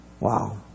Wow